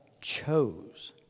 chose